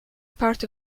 part